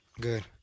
Good